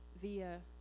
via